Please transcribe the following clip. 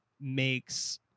makes